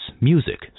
music